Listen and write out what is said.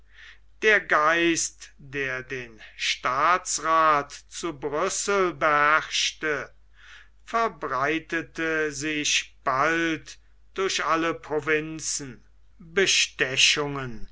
der geist der den staatsrath zu brüssel beherrschte verbreitete sich bald durch alle provinzen bestechungen